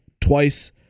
twice